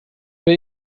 wer